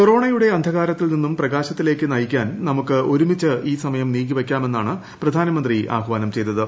കൊറോണയുടെ അന്ധക്ട്രർത്തിൽ നിന്ന് പ്രകാശത്തിലേക്ക് നയിക്കാൻ നമുക്ക് ഒരുമിച്ച് ഈ സമയം നീക്കിവെക്കാമെന്നാണ് പ്രധാനമന്ത്രി ആഹ്വാന്റ് ചെയ്തത്